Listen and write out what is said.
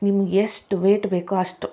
ನಿಮ್ಗೆ ಎಷ್ಟು ವೇಯ್ಟ್ ಬೇಕೋ ಅಷ್ಟು